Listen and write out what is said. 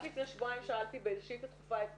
רק לפני שבועיים שאלתי באיזושהי שאילתה דחופה את